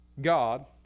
God